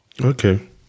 Okay